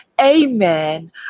amen